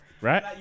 right